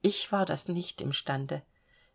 ich war das nicht im stande